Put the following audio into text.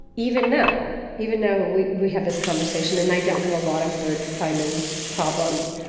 even now, even though we we have this conversation and i don't have a lot of word-finding problems,